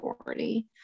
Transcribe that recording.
authority